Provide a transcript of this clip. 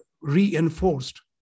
reinforced